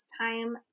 time